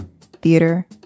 theater